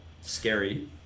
scary